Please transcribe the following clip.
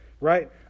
right